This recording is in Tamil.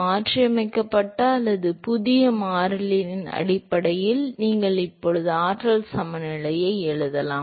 மாற்றியமைக்கப்பட்ட அல்லது புதிய மாறியின் அடிப்படையில் நீங்கள் இப்போது ஆற்றல் சமநிலையை எழுதலாம்